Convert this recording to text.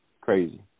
Crazy